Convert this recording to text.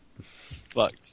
fucked